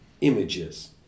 images